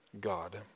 God